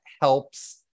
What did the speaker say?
helps